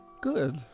Good